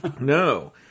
No